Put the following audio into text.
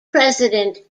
president